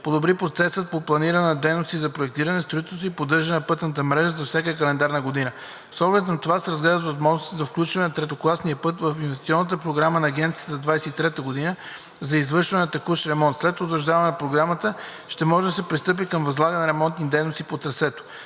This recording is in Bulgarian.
подобри процесът по планиране на дейностите за проектиране, строителство и поддържане на пътната мрежа за всяка календарна година. С оглед на това се разглеждат възможностите за включване на третокласния път в инвестиционната програма на Агенцията за 2023 г. за извършване на текущ ремонт. След утвърждаване на програмата ще може да се пристъпи към възлагане на ремонтните дейности по трасето.